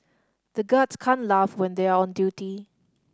the guards can't laugh when they are on duty